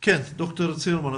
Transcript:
ד"ר צימרמן,